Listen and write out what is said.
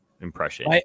impression